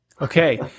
Okay